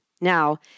Now